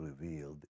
revealed